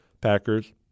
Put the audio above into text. Packers